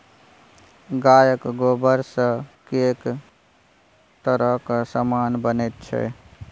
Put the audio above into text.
गायक गोबरसँ कैक तरहक समान बनैत छै